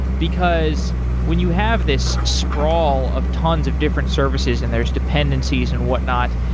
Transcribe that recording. because when you have this sprawl of tons of different services and there is dependencies and whatnot,